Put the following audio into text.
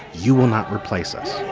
you will not replace us